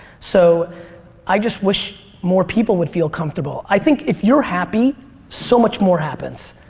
so i just wish more people would feel comfortable. i think if you're happy so much more happens.